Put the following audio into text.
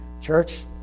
Church